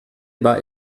war